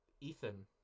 Ethan